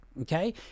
Okay